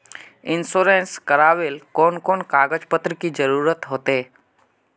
Insurance करावेल कोन कोन कागज पत्र की जरूरत होते?